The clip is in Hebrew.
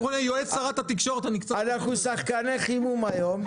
אנחנו שחקני חימום היום,